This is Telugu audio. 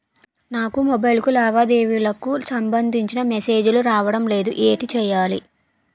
నాకు మొబైల్ కు లావాదేవీలకు సంబందించిన మేసేజిలు రావడం లేదు ఏంటి చేయాలి?